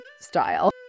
style